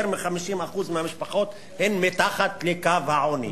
יותר מ-50% מהמשפחות הן מתחת לקו העוני.